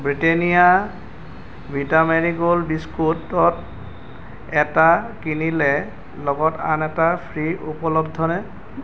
Britannia Vita Marie Gold বিস্কুটটত এটা কিনিলে লগত আন এটা ফ্ৰী' উপলব্ধনে